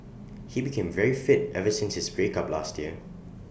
he became very fit ever since his breakup last year